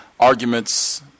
arguments